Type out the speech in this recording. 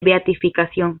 beatificación